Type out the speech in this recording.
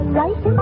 right